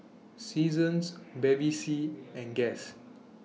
Seasons Bevy C and Guess